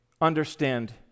understand